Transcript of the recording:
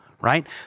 right